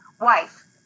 wife